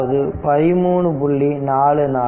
அதாவது 13